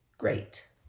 Great